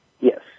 Yes